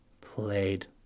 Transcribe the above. played